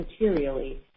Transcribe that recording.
materially